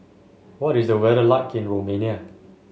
what is the weather like in Romania